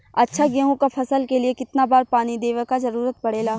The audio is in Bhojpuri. अच्छा गेहूँ क फसल के लिए कितना बार पानी देवे क जरूरत पड़ेला?